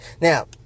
Now